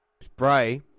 Spray